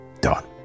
done